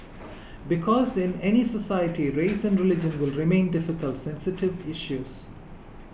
because in any society race and religion will remain difficult sensitive issues